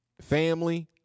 family